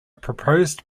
proposed